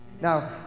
Now